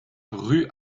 rue